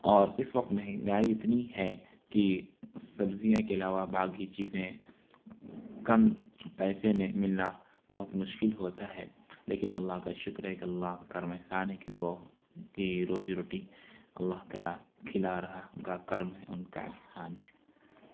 اور اس وقت مہنگائی اتنی ہے کہ سبزیوں کے علاوہ باقی چیزیں کم پیسے میں ملنا بہت مشکل ہوتا ہے لیکن اللہ کا شکر ہے کہ اللہ کا کرم احسان ہے کہ رو کہ روزی روٹی اللہ کا کھلا رہا ان کا کرم ہے ان کا احسان ہے